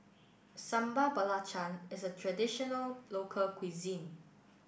Sambal Belacan is a traditional local cuisine